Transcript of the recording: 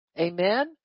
Amen